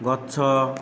ଗଛ